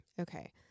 Okay